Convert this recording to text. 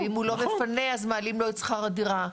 אם הוא לא מפנה אז מעלים לו את שכר הדירה,